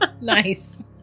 Nice